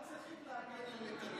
גם צריכים להגן על נתניהו.